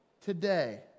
today